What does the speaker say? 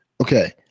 Okay